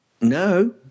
No